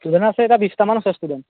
student আছে এতিয়া বিছটামান আছে ষ্টুডেণ্ট